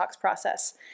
process